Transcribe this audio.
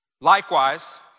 Likewise